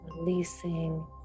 releasing